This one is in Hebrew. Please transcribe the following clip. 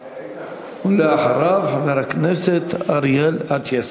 ואחריו, חבר הכנסת אריאל אטיאס.